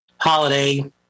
holiday